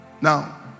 now